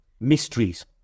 mysteries